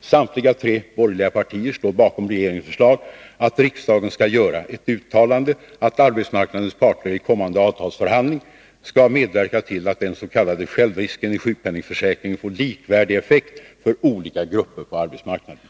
Samtliga tre borgerliga partier står bakom regeringens förslag, att riksdagen skall göra ett uttalande att arbetsmarknadens parter i kommande avtalsrörelse skall medverka till att den s.k. självrisken i sjukpenningförsäkringen får likvärdig effekt för olika grupper på arbetsmarknaden.